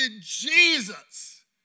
Jesus